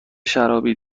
شرابی